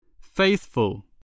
Faithful